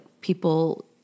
people